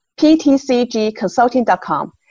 ptcgconsulting.com